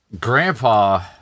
Grandpa